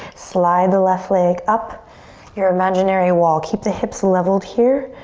slide the left leg up your imaginary wall. keep the hips leveled here.